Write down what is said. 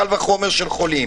קל וחומר של חולים.